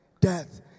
death